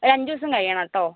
ഒരഞ്ച് ദിവസം കഴിയണം കേട്ടോ